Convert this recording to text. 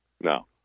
No